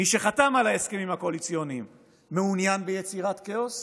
מי שחתם על ההסכמים הקואליציוניים מעוניין ביצירת כאוס